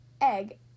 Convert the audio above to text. egg